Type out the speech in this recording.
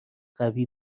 قوی